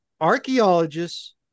archaeologists